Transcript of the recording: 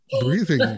breathing